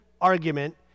argument